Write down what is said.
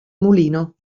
mulino